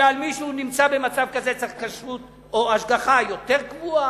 ועל מי שנמצא במצב כזה צריך השגחה יותר קבועה,